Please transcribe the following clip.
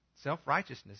Self-righteousness